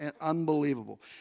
unbelievable